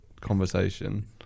conversation